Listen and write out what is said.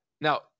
Now